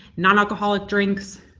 non-alcoholic drinks,